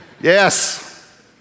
Yes